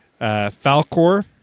Falkor